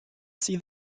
see